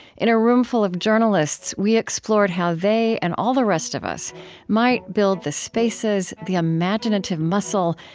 in a room full of journalists, we explored how they and all the rest of us might build the spaces, the imaginative muscle,